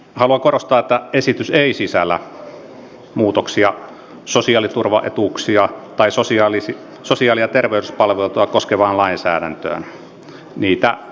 haluan korostaa että esitys ei sisällä muutoksia sosiaaliturvaetuuksia tai sosiaali ja terveyspalveluita koskevaan lainsäädäntöön